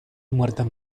muerdan